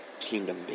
Kingdom